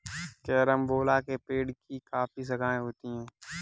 carambola के पेड़ की काफी शाखाएं होती है